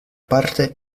parte